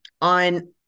on